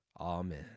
Amen